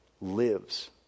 lives